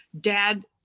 dad